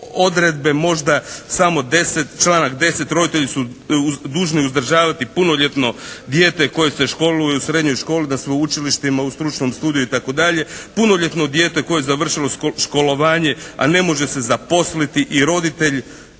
odredbe možda samo članak 10. roditelji su dužni uzdržavati punoljetno dijete koje se školuje u srednjoj školi, na sveučilištima, u stručnom studiju itd. Punoljetno dijete koje je završilo školovanje, a ne može se zaposliti i roditelji